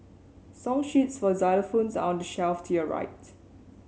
song sheets for xylophones are on the shelf to your right